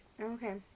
Okay